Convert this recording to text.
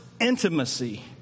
intimacy